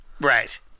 Right